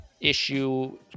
issue